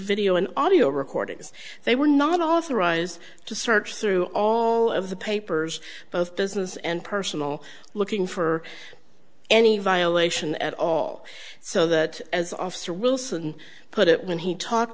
video and audio recordings they were not authorized to search through all of the papers both business and personal looking for any violation at all so that as officer wilson put it when he talked